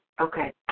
Okay